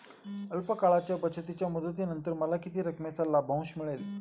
अल्प काळाच्या बचतीच्या मुदतीनंतर मला किती रकमेचा लाभांश मिळेल?